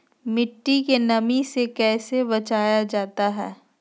मट्टी के नमी से कैसे बचाया जाता हैं?